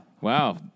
Wow